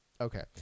Okay